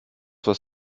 was